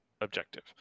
objective